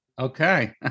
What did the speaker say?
Okay